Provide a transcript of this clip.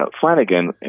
Flanagan